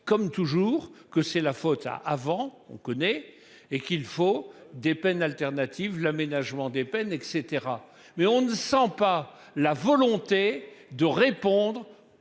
comme toujours que c'est la faute à avant on connaît et qu'il faut des peines alternatives, l'aménagement des peines et caetera mais on ne sent pas la volonté de répondre